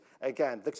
again